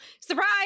surprise